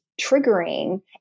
triggering